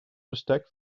bestek